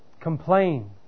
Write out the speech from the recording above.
complain